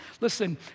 listen